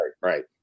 right